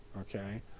okay